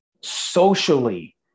socially